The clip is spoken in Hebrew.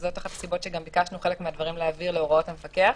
וזו אחת הסיבות שביקשנו להעביר חלק מהדברים להוראות המפקח.